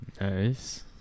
nice